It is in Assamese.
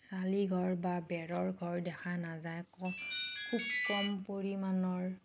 চালি ঘৰ বা বেৰৰ ঘৰ দেখা নাযায় খুব কম পৰিমাণৰ